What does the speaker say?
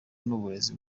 n’uburezi